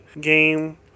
game